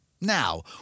Now